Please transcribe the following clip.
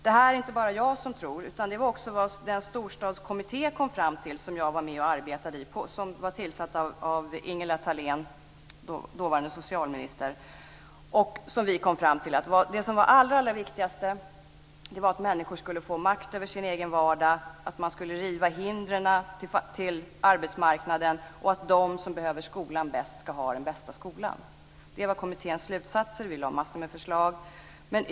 Det är inte bara jag som tror detta, utan det var vad den storstadskommitté kom fram till som jag har varit med och arbetat i. Den tillsattes av dåvarande socialministern Ingela Thalén. Vi kom fram till att det viktigaste var att människor skulle få makt över sin egen vardag, att riva hindren till arbetsmarknaden, de som behöver skolan bäst ska ha den bästa skolan. Det var kommitténs slutsatser. Vi lade fram massor av förslag.